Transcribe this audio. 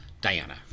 diana